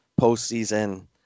postseason